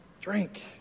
drink